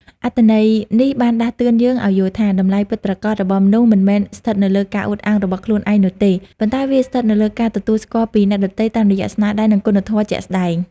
អត្ថន័យនេះបានដាស់តឿនយើងឱ្យយល់ថា តម្លៃពិតប្រាកដរបស់មនុស្សមិនមែនស្ថិតនៅលើការអួតអាងរបស់ខ្លួនឯងនោះទេ ប៉ុន្តែវាស្ថិតនៅលើការទទួលស្គាល់ពីអ្នកដទៃតាមរយៈស្នាដៃ និងគុណធម៌ជាក់ស្ដែង។